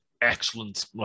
excellent